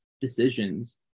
decisions